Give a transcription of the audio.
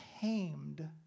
tamed